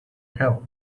hell